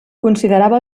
considerava